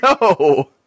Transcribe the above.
No